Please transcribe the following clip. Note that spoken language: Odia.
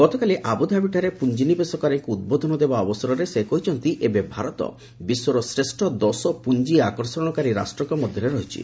ଗତକାଲି ଆବୁଧାବୀଠାରେ ପୁଞ୍ଜିନିବେଶକାରୀଙ୍କୁ ଉଦ୍ବୋଧନ ଦେବା ଅବସରରେ ସେ କହିଛନ୍ତି ଏବେ ଭାରତ ବିଶ୍ୱର ଶ୍ରେଷ୍ଠ ଦଶ ପୁଞ୍ଜି ଆକର୍ଷଣକାରୀ ରାଷ୍ଟ୍ରଙ୍କ ମଧ୍ୟରେ ରହିଛି